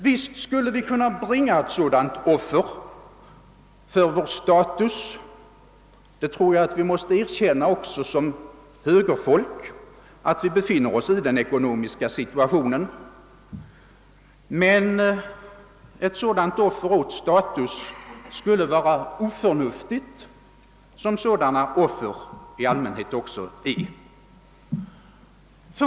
Visst skulle vi kunna bringa ett sådant offer åt vår status — jag tror att vi också från högerhåll måste erkänna att vårt land befinner sig i den ekonomiska situationen — men det: skulle vara oförnuftigt — sådana offer är det i allmänhet.